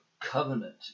covenant